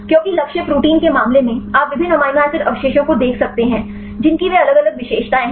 क्योंकि लक्ष्य प्रोटीन के मामले में आप विभिन्न अमीनो एसिड अवशेषों को देख सकते हैं जिनकी वे अलग अलग विशेषताएं हैं